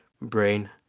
Brain